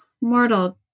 mortal